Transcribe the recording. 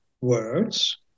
words